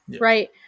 right